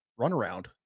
runaround